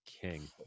King